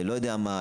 לא יודע מה,